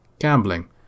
gambling